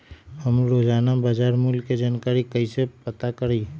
हम रोजाना बाजार मूल्य के जानकारी कईसे पता करी?